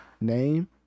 name